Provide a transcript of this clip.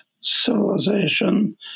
civilization